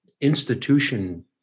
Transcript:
institution